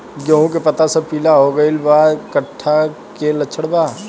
गेहूं के पता सब पीला हो गइल बा कट्ठा के लक्षण बा?